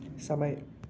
समय